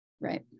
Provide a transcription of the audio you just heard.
right